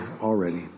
already